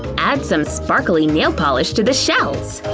add some sparkling nail polish to the shells.